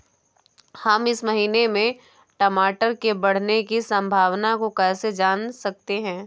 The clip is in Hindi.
हम इस महीने में टमाटर के बढ़ने की संभावना को कैसे जान सकते हैं?